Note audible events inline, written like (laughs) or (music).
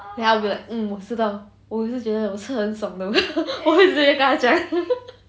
then I'll be like mm 我知道我也是觉得我吃得很爽的我会直接跟他讲 (laughs)